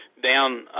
down